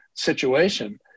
situation